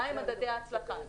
מהם מדדי ההצלחה.